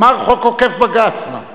אמר חוק עוקף בג"ץ, מה.